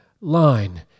line